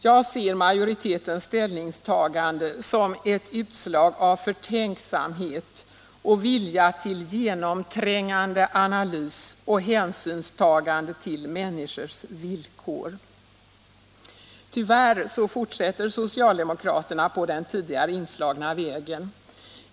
Jag ser majoritetens ställningstagande som ett utslag av förtänksamhet och en vilja till genomträngande analys av och hänsynstagande till människors villkor. Tyvärr fortsätter socialdemokraterna på den tidigare inslagna vägen.